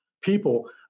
people